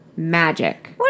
Magic